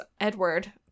Edward